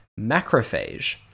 macrophage